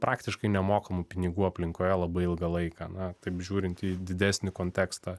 praktiškai nemokamų pinigų aplinkoje labai ilgą laiką na taip žiūrint į didesnį kontekstą